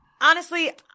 Honestly-